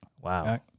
wow